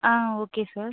ah okay sir